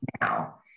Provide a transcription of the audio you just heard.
now